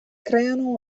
creano